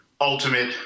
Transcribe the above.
ultimate